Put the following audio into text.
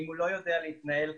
תודה רבה.